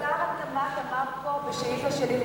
שר התמ"ת אמר פה בשאילתא שלי,